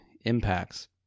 impacts